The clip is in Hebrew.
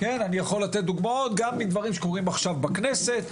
כן אני יכול לתת דוגמאות גם מדברים שקורים עכשיו בכנסת,